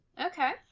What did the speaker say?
Okay